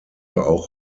auch